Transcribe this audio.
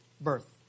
birth